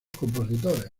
compositores